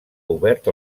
obert